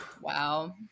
Wow